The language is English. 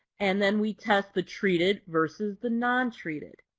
and then we test the treated versus the nontreated.